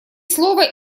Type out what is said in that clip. слово